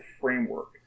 framework